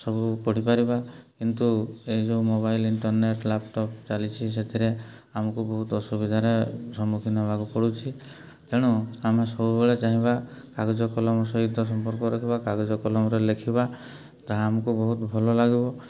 ସବୁ ପଢ଼ିପାରିବା କିନ୍ତୁ ଏଇ ଯୋଉ ମୋବାଇଲ୍ ଇଣ୍ଟର୍ନେଟ୍ ଲ୍ୟାପଟପ୍ ଚାଲିଛି ସେଥିରେ ଆମକୁ ବହୁତ ଅସୁବିଧାରେ ସମ୍ମୁଖୀନ ହେବାକୁ ପଡ଼ୁଛି ତେଣୁ ଆମେ ସବୁବେଳେ ଚାହିଁବା କାଗଜ କଲମ ସହିତ ସମ୍ପର୍କ ରଖିବା କାଗଜ କଲମରେ ଲେଖିବା ତାହା ଆମକୁ ବହୁତ ଭଲ ଲାଗିବ